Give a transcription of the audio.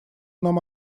нам